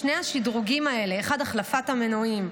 שני השדרוגים האלה, אחד, החלפת המנועים,